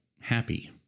happy